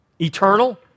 eternal